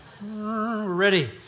Ready